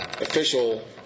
official